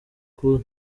cool